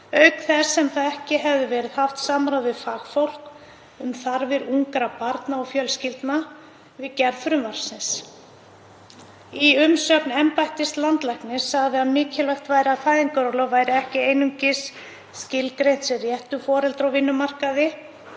auk þess sem ekki hefði verið haft samráð við fagfólk um þarfir ungra barna og fjölskyldna við gerð frumvarpsins. Í umsögn embættis landlæknis sagði að mikilvægt væri að fæðingarorlof væri ekki einungis skilgreint sem réttur foreldra á vinnumarkaði